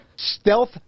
Stealth